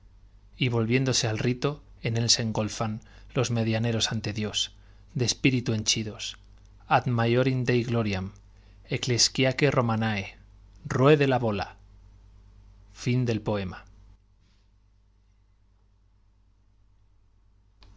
y volviéndose al rito en él se engolfan los medianeros ante dios de espíritu henchidos ad maiore dei gloriamm ecclesiaeque romanae ruede la bola